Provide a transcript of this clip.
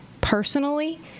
personally